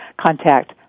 contact